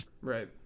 right